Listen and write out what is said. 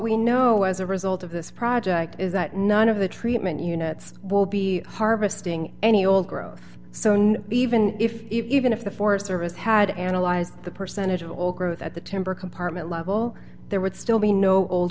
we know as a result of this project is that none of the treatment units will be harvesting any old growth so now even if even if the forest service had analyzed the percentage of old growth at the timber compartment level there would still be no old